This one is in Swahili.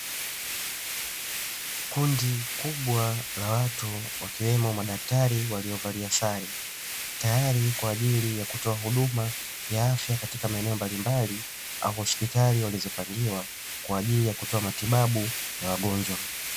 Kundi kubwa la watu, wakiwemo madaktari waliovalia sare, tayari kwa ajili ya kutoa huduma ya afya katika maeneo mbalimbali au hospitali walizopangiwa, kwa ajili ya kutoa matibabu ya wagonjwa.